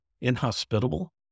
inhospitable